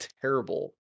terrible